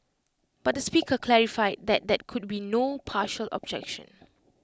but the speaker clarified that there could be no partial objection